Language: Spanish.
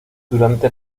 durante